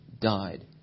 died